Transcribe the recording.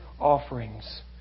offerings